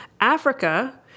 Africa